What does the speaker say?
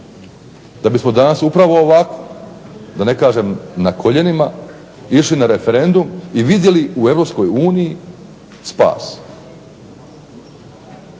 Da bismo danas upravo ovako da ne kažem na koljenima išli na referendum i vidjeli u Europskoj